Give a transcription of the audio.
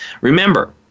Remember